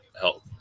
health